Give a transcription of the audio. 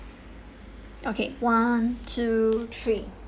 okay one two three